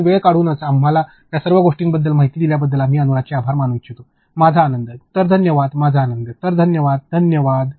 म्हणून वेळ काढून आम्हाला या सर्व गोष्टींबद्दल माहिती दिल्याबद्दल आम्ही अनुराचे आभार मानू इच्छितो माझा आनंद तर धन्यवाद माझा आनंद तर धन्यवाद धन्यवाद